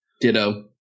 Ditto